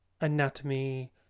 anatomy